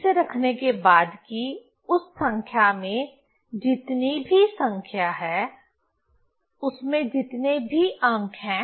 इसे रखने के बाद कि उस संख्या में जितनी भी संख्या है उसमें जितने भी अंक हैं